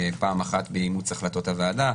פעם אחת באימוץ החלטות הוועדה,